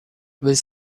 with